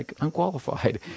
unqualified